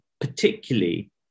particularly